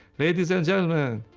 ladies and gentlemen,